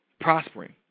prospering